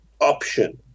option